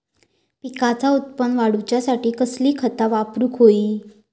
पिकाचा उत्पन वाढवूच्यासाठी कसली खता वापरूक होई?